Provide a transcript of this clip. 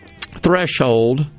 threshold